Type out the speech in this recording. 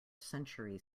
century